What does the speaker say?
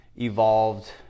evolved